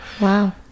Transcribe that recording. Wow